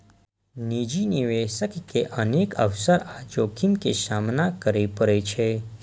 निजी निवेशक के अनेक अवसर आ जोखिम के सामना करय पड़ै छै